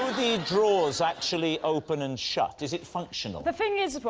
the drawers actually open and shut? is it functional? the thing is,